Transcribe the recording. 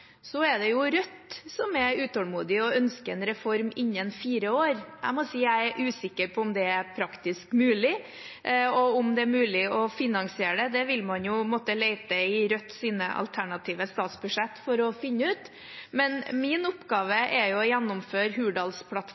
Så er det jo Rødt som er utålmodige og ønsker en reform innen fire år. Jeg må si jeg er usikker på om det er praktisk mulig, og om det er mulig å finansiere det. Det vil man måtte lete i Rødts alternative statsbudsjetter for å finne ut. Men min oppgave er å gjennomføre